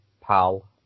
pal